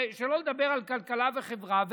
שלא לדבר על כלכלה וחברה.